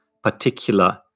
particular